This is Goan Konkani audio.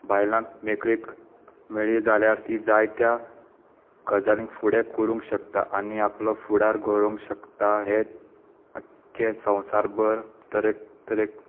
बायलांक मेकळीक मेळ्ळी जाल्यार तीं जाय त्या गजालींक फुडें करूंक शकता आनी आपलो फुडार घडोवंक शकता हें आख्खें संवसारभर तरेक तरेक